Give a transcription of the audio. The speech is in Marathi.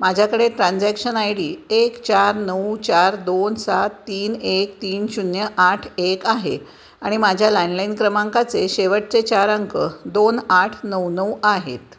माझ्याकडे ट्रान्झॅक्शन आय डी एक चार नऊ चार दोन सात तीन एक तीन शून्य आठ एक आहे आणि माझ्या लँणलाईन क्रमांकाचे शेवटचे चार अंक दोन आठ नऊ नऊ आहे